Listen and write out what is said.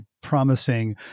promising